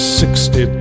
sixty